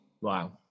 Wow